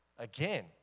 Again